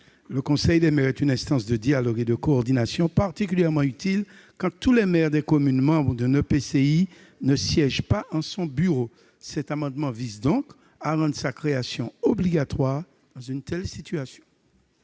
La conférence des maires est une instance de dialogue et de coordination particulièrement utile quand tous les maires des communes membres d'un EPCI ne siègent pas en son bureau. Cet amendement vise donc à rendre sa création obligatoire dans une telle situation.